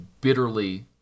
bitterly